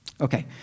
Okay